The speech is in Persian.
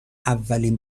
اولین